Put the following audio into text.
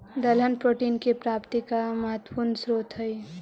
दलहन प्रोटीन की प्राप्ति का महत्वपूर्ण स्रोत हई